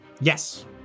Yes